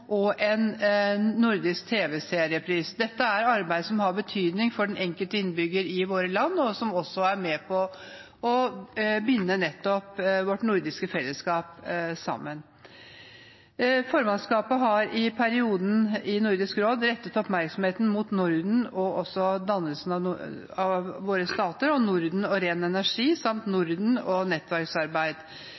og en nordisk tv-seriepris. Dette arbeidet har betydning for den enkelte innbygger i våre land og er med på å binde vårt nordiske fellesskap sammen. Formannskapet i Nordisk råd har i perioden rettet oppmerksomheten mot Norden og dannelsen av våre stater, mot Norden og ren energi og mot Norden og nettverksarbeid.